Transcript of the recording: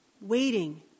waiting